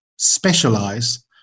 specialize